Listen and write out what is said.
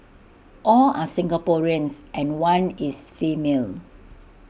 all are Singaporeans and one is female